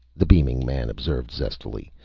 the beaming man observed zestfully.